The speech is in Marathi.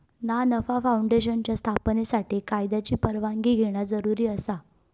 ना नफा फाऊंडेशनच्या स्थापनेसाठी कायद्याची परवानगी घेणा जरुरी आसा